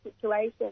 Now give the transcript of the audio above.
situation